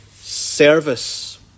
service